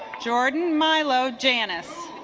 jordan milo janis